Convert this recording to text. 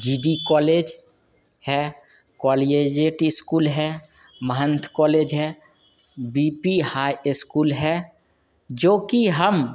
जी D college है collegiate school है Mahant college है बी पी हाई स्कूल है जो कि हम